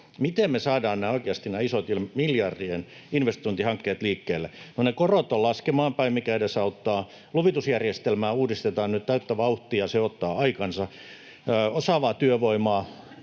miten me saadaan oikeasti nämä isot, miljardien investointihankkeet liikkeelle? No, ne korot ovat laskemaan päin, mikä edesauttaa. Luvitusjärjestelmää uudistetaan nyt täyttä vauhtia. Se ottaa aikansa. Osaavaa työvoimaa: